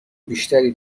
بیشتری